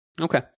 Okay